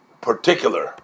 particular